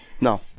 No